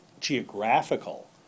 geographical